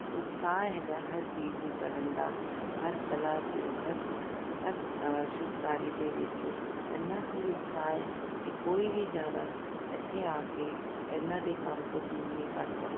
ਉਤਸ਼ਾਹ ਹੈਗਾ ਹਰ ਚੀਜ਼ ਨੂੰ ਕਰਨ ਦਾ ਹਰ ਕਲਾ 'ਚ ਹਰ ਹਰ ਸ਼ਿਲਪਕਾਰੀ ਦੇ ਵਿੱਚ ਐਨਾ ਕੁ ਉਤਸ਼ਾਹ ਹੈ ਕਿ ਕੋਈ ਵੀ ਜਣਾ ਇੱਥੇ ਆ ਕੇ ਇਹਨਾਂ ਦੇ ਕੰਮ ਤੋਂ ਦੂਰ ਨਹੀਂ ਭੱਜ ਸਕਦਾ